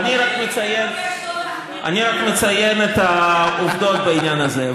אני רק מציין את העובדות בעניין הזה.